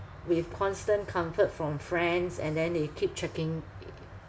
with constant comfort from friends and then they keep checking